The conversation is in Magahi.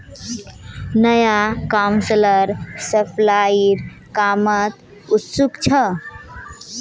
नया काउंसलर सफाईर कामत उत्सुक छ